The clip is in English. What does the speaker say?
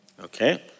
Okay